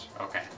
Okay